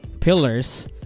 pillars